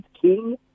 King